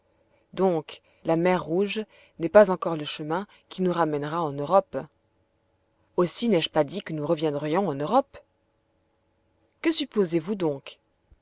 donc la mer rouge n'est pas encore le chemin qui nous ramènera en europe aussi n'ai-je pas dit que nous reviendrions en europe que supposez-vous donc